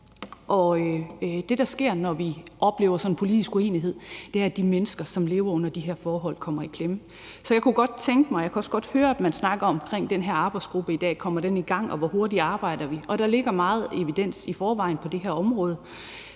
og det, der sker, når vi oplever sådan en politisk uenighed, er, at de mennesker, som lever under de her forhold, kommer i klemme. Og jeg kan også godt have høre, at man i dag snakker om den her arbejdsgruppe, og om den kommer i gang, og hvor hurtigt vi arbejder, og der ligger i forvejen meget evidens på det her område.